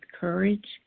courage